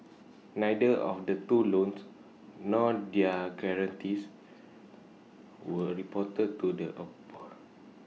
neither of the two loans nor their guarantees were reported to the A board